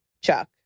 Chuck